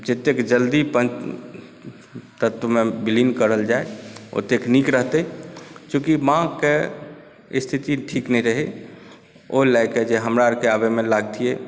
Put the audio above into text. जे जतेक जल्दी पञ्चतत्वमे विलीन करल जाय ओतेक नीक रहतैय चूँकि माँके स्थिति ठीक नहि रहय ओय लए कए जे हमरा अर के आबयमे लागथियै